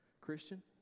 Christian